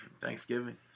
Thanksgiving